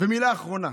ומילה אחרונה: